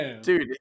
Dude